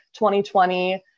2020